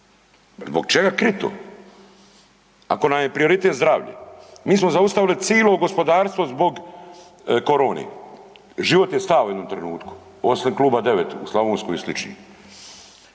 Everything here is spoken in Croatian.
Zbog čega kriti to? Ako nam je prioritet zdravlje, mi smo zaustavili cijelo gospodarstvo zbog korone, život je stao u jednom trenutku osim kluba 9 u Slavonskoj i slični